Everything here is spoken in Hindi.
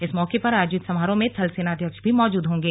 इस अवसर पर आयोजित समारोह में थल सेनाध्यक्ष भी मौजूद होंगे